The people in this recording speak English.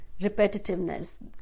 repetitiveness